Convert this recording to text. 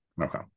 Okay